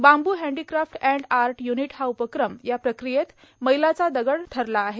bamboo handicraft and art unit हा उपक्रम या प्रक्रियेत मैलाचा दगड ठरला आहे